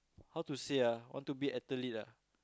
how to say ah want to be athlete ah